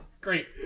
Great